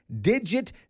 digit